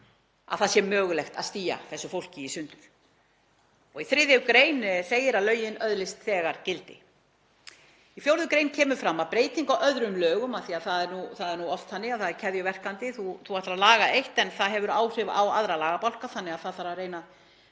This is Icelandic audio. að það sé mögulegt að stía þessu fólki í sundur. Í 3. gr. segir að lögin öðlist þegar gildi. Í 4. gr. kemur fram breyting á öðrum lögum, af því að það er nú oft þannig að það er keðjuverkandi, þú ætlar að laga eitt en það hefur áhrif á aðra lagabálka þannig að það þarf að reyna að